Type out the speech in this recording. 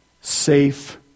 safe